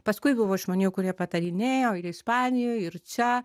paskui buvo žmonių kurie patarinėjo ir ispanijoj ir čia